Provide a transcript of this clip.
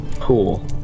Cool